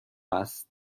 است